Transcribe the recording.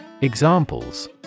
Examples